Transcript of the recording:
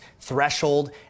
threshold